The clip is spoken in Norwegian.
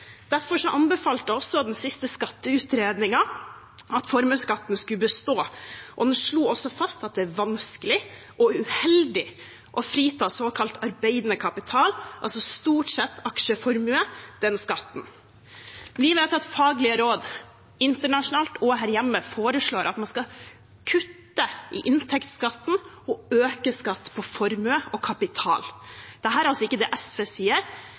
Derfor anbefalte også den siste skatteutredningen at formuesskatten skulle bestå, og den slo også fast at det er vanskelig og uheldig å frita såkalt arbeidende kapital, altså stort sett aksjeformue, for den skatten. Vi vet at faglige råd internasjonalt og her hjemme foreslår at man skal kutte i inntektsskatten og øke skatt på formue og kapital. Dette er altså ikke det SV sier,